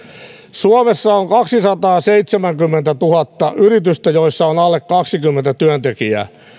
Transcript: suomessa on kaksisataaseitsemänkymmentätuhatta yritystä joissa on alle kaksikymmentä työntekijää